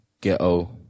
Ghetto